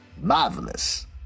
marvelous